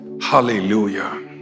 Hallelujah